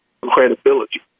credibility